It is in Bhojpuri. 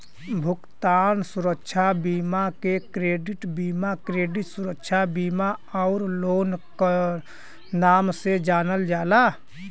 भुगतान सुरक्षा बीमा के क्रेडिट बीमा, क्रेडिट सुरक्षा बीमा आउर लोन के नाम से जानल जाला